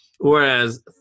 Whereas